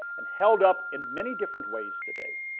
and held up in many different ways today.